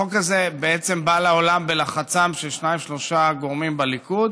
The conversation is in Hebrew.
החוק הזה בעצם בא לעולם בלחצם של שניים-שלושה גורמים בליכוד,